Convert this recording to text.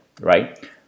right